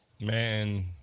Man